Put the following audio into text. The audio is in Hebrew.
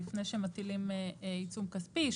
גם שימוע לפני שמטילים עיצום כספי.